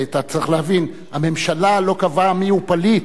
אתה צריך להבין: הממשלה לא קבעה מיהו פליט,